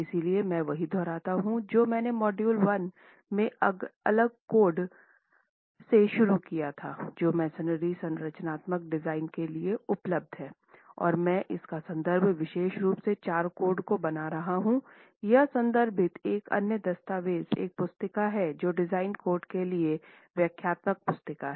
इसलिए मैं वही दोहराता हूं जो मैंने मॉड्यूल 1 में अलग कोड से शुरू किया था जो मैसनरी संरचनात्मक डिजाइन के लिए उपलब्ध हैं और मैं इसका संदर्भ विशेष रूप से चार कोड को बना रहा हूं यहां संदर्भित एक अन्य दस्तावेज़ एक पुस्तिका है जो डिजाइन कोड के लिए व्याख्यात्मक पुस्तिका हैं